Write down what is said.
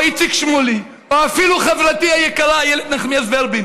איציק שמולי או אפילו חברתי היקרה איילת נחמיאס ורבין,